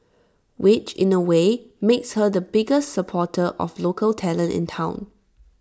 which in A way makes her the biggest supporter of local talent in Town